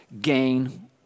gain